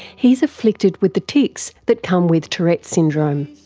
he's afflicted with the tics that come with tourette's syndrome.